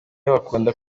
bakunda